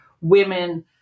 women